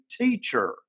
teacher